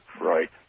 right